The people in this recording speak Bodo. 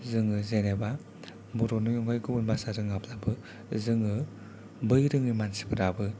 जोङो जेनोबा बर'नि अनगायै गुबुन बासा रोङाब्लाबो जोङो बै रोङै मानसिफोराबो